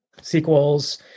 sequels